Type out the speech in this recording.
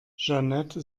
jeanette